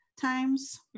times